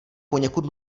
poněkud